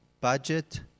budget